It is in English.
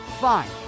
fine